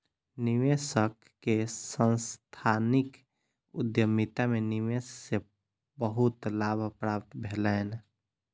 निवेशक के सांस्थानिक उद्यमिता में निवेश से बहुत लाभ प्राप्त भेलैन